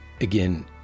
again